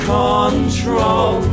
control